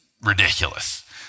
ridiculous